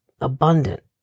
abundant